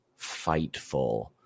Fightful